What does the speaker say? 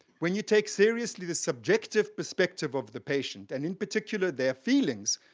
when you take seriously the subjective perspective of the patient, and, in particular, their feelings,